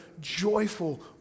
joyful